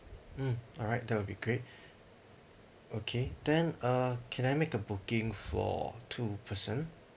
mm alright that will be great okay then uh can I make a booking for two person